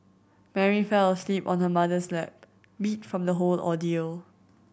Mary fell asleep on her mother's lap beat from the whole ordeal